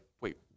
wait